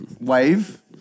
Wave